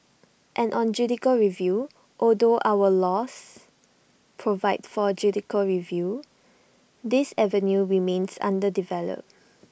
and on judicial review although our laws provide for judicial review this avenue remains underdeveloped